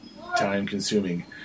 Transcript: time-consuming